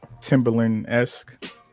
Timberland-esque